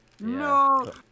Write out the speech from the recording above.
No